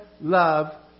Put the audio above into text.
love